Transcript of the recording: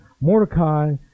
Mordecai